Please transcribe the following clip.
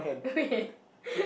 wait